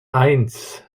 eins